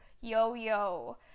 yo-yo